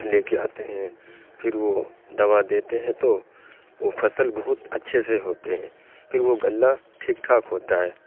لے کے آتے ہیں پھر وہ دوا دیتے ہیں تو وہ فصل بہت اچھے سے ہوتے ہیں پھر وہ گلہ ٹھیک ٹھاک ہوتا ہے